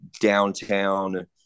downtown